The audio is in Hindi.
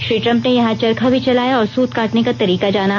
श्री ट्रंप ने यहां चरखा भी चलाया और सूत काटने का तरीका जाना